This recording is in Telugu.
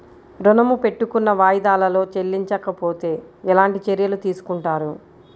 ఋణము పెట్టుకున్న వాయిదాలలో చెల్లించకపోతే ఎలాంటి చర్యలు తీసుకుంటారు?